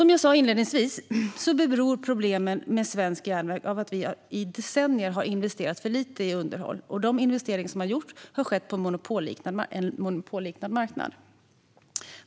Som jag sa inledningsvis beror problemen med svensk järnväg på att vi i decennier har investerat för lite i underhåll och att de investeringar som gjorts har skett på en monopolliknande marknad.